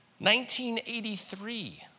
1983